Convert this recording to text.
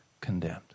condemned